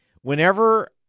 Whenever